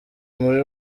muri